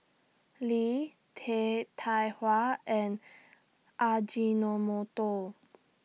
Lee Tai Hua and Ajinomoto